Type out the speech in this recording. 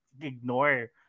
ignore